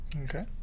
Okay